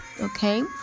okay